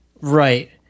Right